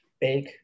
Bake